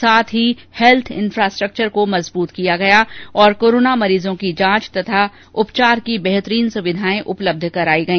साथ ही health infrastructure को मजबूत किया गया और कोरोना मरीजों की जांच तथा उपचार की बेहतरीन सुविधाएं उपलब्ध कराई गई